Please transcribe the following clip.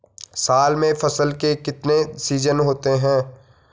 साल में फसल के कितने सीजन होते हैं?